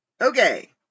Okay